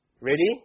Ready